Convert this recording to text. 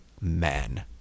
men